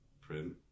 print